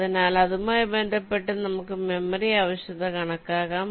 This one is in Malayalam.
അതിനാൽ അതുമായി ബന്ധപ്പെട്ട് നമുക്ക് മെമ്മറി ആവശ്യകത കണക്കാക്കാം